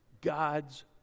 God's